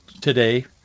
today